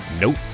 nope